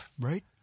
right